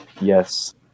Yes